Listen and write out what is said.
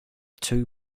two